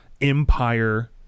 empire